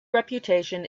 reputation